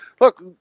Look